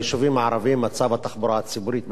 למצב התחבורה הציבורית ביישובים הערביים: